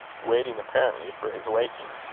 waiting apparently for his waking.